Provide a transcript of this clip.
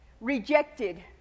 rejected